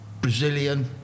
Brazilian